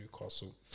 Newcastle